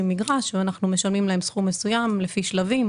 מגרש אנחנו משלמים להם סכום שמשולם לפי שלבים